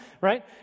right